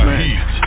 heat